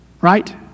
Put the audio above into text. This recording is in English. right